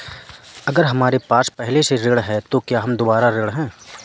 अगर हमारे पास पहले से ऋण है तो क्या हम दोबारा ऋण हैं?